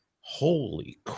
holy